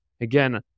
Again